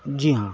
جی ہاں